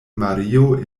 mario